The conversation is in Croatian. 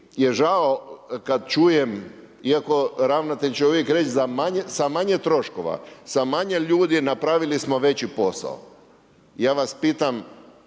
je žao kad čujem iako ravnatelj će uvijek reći sa manje troškova, sa manje ljudi napravili smo veći posao. Ja vas pitam